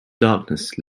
darkness